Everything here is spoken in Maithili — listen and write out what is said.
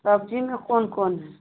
सब्जीमे कोन कोन है